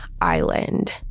island